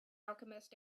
alchemist